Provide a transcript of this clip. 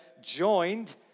joined